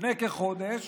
לפני כחודש